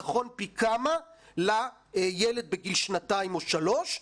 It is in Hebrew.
נכון פי כמה לילד בגיל שנתיים או שלוש,